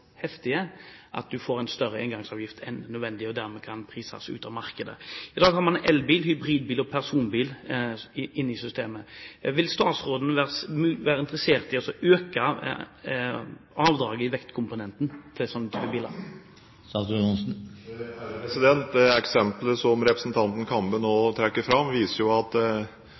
heftige, slik at en får en større engangsavgift enn nødvendig og dermed kan prises ut av markedet. I dag har vi elbil, hybridbil og personbil inne i systemet. Vil statsråden være interessert i å øke avdraget i vektkomponenten på slike biler? Det eksemplet som representanten Kambe nå trekker fram, viser at